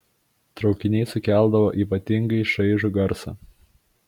traukiniai sukeldavo ypatingai šaižų garsą